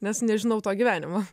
nes nežinau to gyvenimo